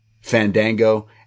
Fandango